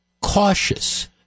cautious